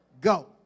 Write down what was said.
go